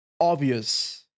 obvious